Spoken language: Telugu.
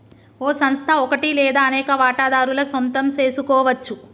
ఓ సంస్థ ఒకటి లేదా అనేక వాటాదారుల సొంతం సెసుకోవచ్చు